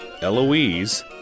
eloise